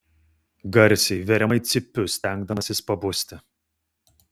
garsiai veriamai cypiu stengdamasis pabusti